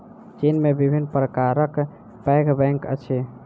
चीन में विभिन्न प्रकारक पैघ बैंक अछि